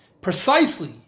Precisely